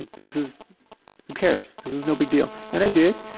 this is who cares, this is no big deal. and i did,